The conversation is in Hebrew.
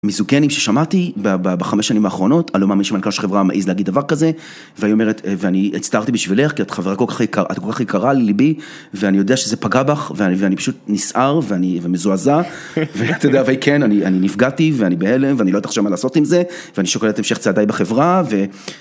מיזוגנים ששמעתי בחמש שנים האחרונות אני לא מאמין שמנכ"ל של חברה מעיז להגיד דבר כזה וההיא אומרת ואני הצטערתי בשבילך כי את חברה כל כך יקרה, את כל כך יקרה לליבי ואני יודע שזה פגע בך ואני ואני פשוט נסער ומזועזע וההיא כן, ואני נפגעתי ואני בהלם ואני לא יודעת עכשיו מה לעשות עם זה ואני שוקלת את המשך צעדיי בחברה